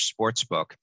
Sportsbook